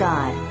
God